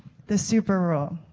the super rule.